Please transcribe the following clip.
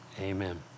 amen